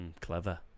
Clever